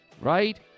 right